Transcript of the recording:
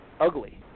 ugly